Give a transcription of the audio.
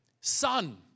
Son